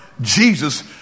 Jesus